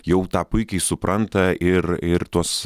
jau tą puikiai supranta ir ir tuos